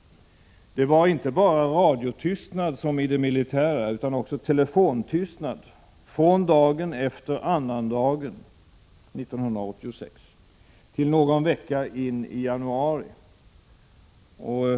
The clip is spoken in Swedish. Det var inte bara radiotystnad — som i det militära — utan också telefontystnad från dagen efter annandagen 1986 till någon vecka in i januari.